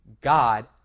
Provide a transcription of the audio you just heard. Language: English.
God